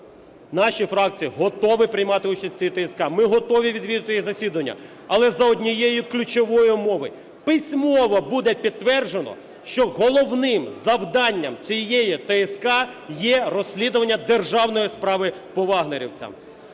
наші фракції готові приймати участь в цій ТСК, ми готові відвідувати її засідання, але за однією ключової умови - письмово буде підтверджено, що головним завданням цієї ТСК є розслідування державної справи по "вагнерівцям".